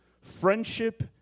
friendship